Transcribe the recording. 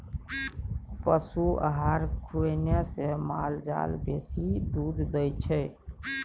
पशु आहार खुएने से माल जाल बेसी दूध दै छै